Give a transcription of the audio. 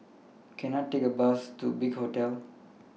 Can I Take A Bus to Big Hotel